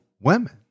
women